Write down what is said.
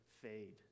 fade